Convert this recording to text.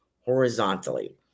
horizontally